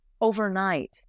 overnight